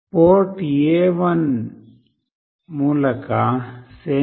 port A1 ಮೂಲಕ sensor